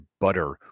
butter